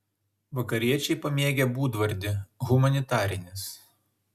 vakariečiai pamėgę būdvardį humanitarinis